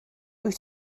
wyt